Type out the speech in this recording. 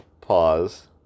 Pause